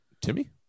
Timmy